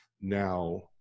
now